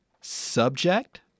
subject